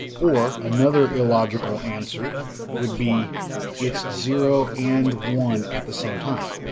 or another illogical answer would be it's zero and one at the same time.